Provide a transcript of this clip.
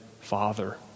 Father